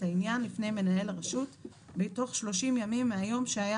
העניין לפני מנהל הרשות בתוך 30 ימים מהיום שהיה